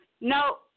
No